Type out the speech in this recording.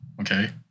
Okay